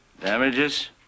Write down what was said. Damages